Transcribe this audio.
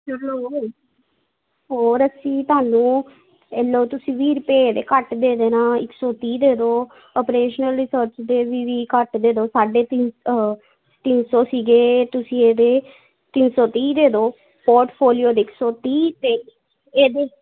ਚੱਲੋ ਹੋਰ ਹੋਰ ਅਸੀਂ ਤੁਹਾਨੂੰ ਇਹ ਲਓ ਤੁਸੀਂ ਵੀਹ ਰੁਪਏ ਇਹਦੇ ਘੱਟ ਦੇ ਦੇਣਾ ਇੱਕ ਸੌ ਤੀਹ ਦੇ ਦਿਓ ਆਪਰੇਸ਼ਨਲ ਰਿਸਰਚ ਦੇ ਵੀ ਵੀਹ ਘੱਟ ਦੇ ਦਿਓ ਸਾਢੇ ਤਿੰਨ ਤਿੰਨ ਸੌ ਸੀਗੇ ਤੁਸੀਂ ਇਹਦੇ ਤਿੰਨ ਸੌ ਤੀਹ ਦੇ ਦਿਓ ਪੋਰਟ ਫੋਲੀਓ ਦੇ ਇੱਕ ਸੌ ਤੀਹ ਅਤੇ ਇਹਦੇ